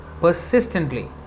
persistently